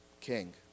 king